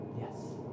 Yes